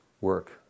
work